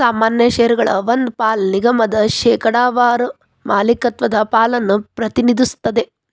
ಸಾಮಾನ್ಯ ಷೇರಗಳ ಒಂದ್ ಪಾಲ ನಿಗಮದ ಶೇಕಡಾವಾರ ಮಾಲೇಕತ್ವದ ಪಾಲನ್ನ ಪ್ರತಿನಿಧಿಸ್ತದ